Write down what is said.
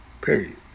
period